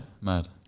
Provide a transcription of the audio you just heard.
mad